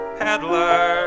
peddler